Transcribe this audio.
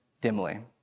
dimly